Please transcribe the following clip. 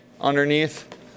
underneath